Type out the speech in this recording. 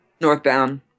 Northbound